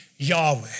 Yahweh